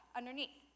underneath